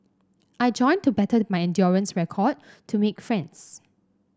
I joined to better my endurance record to make friends